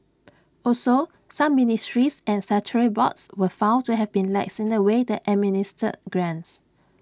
also some ministries and boards were found to have been lax in the way they administered grants